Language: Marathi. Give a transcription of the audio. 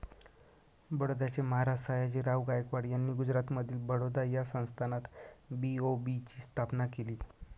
बडोद्याचे महाराज सयाजीराव गायकवाड यांनी गुजरातमधील बडोदा या संस्थानात बी.ओ.बी ची स्थापना केली